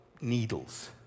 needles